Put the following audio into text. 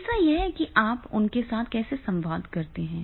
तीसरा यह है कि आप उनके साथ कैसे संवाद करते हैं